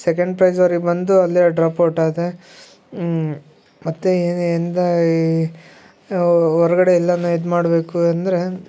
second prize ಅವ್ರಿಗೆ ಬಂದು ಅಲ್ಲೇ ಡ್ರಾಪೌಟಾದೆ ಮತ್ತೆ ಹೊರ್ಗಡೆ ಎಲ್ಲಾನೂ ಇದ್ಮಾಡ್ಬೇಕು ಅಂದರೆ